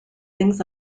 things